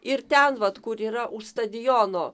ir ten vat kur yra už stadiono